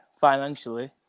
financially